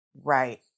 right